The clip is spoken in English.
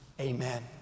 amen